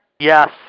Yes